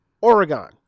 Oregon